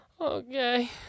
Okay